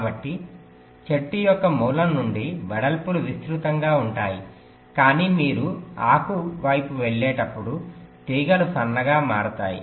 కాబట్టి చెట్టు యొక్క మూలం నుండి వెడల్పులు విస్తృతంగా ఉంటాయి కానీ మీరు ఆకు వైపు వెళ్ళేటప్పుడు తీగలు సన్నగా మారుతాయి